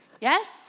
Yes